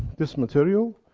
this material,